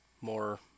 more